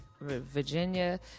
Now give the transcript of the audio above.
Virginia